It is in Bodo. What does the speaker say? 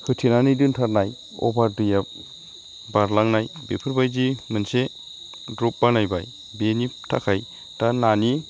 होथेनानै दोनथारनाय अभार दैया बारलांनाय बेफोरबायदि मोनसे ड्रप बानायबाय बिनि थाखाय दा नानि